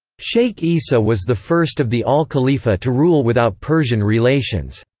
sheikh issa was the first of the al khalifa to rule without persian relations.